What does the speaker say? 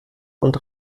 und